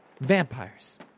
vampires